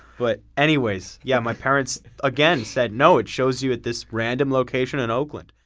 but anyways, yeah my parents again said, no, it shows you at this random location in oakland.